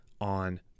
on